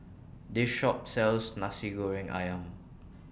This Shop sells Nasi Goreng Ayam